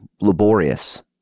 laborious